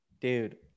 Dude